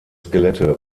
skelette